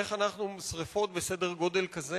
איך אנחנו מונעים שרפות בסדר-גודל כזה,